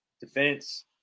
defense